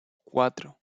cuatro